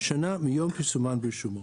שנה מיום פרסומן ברשומות.